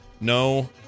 No